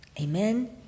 Amen